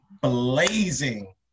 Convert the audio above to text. blazing